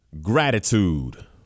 gratitude